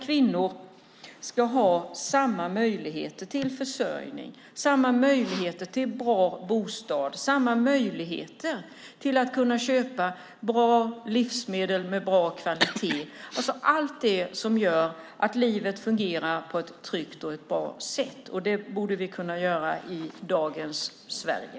Kvinnor ska ha samma möjligheter till försörjning, samma möjligheter till bra bostad och samma möjligheter att kunna köpa bra livsmedel med bra kvalitet, det vill säga allt det som gör att livet fungerar på ett tryggt och bra sätt. Det borde vi kunna göra i dagens Sverige.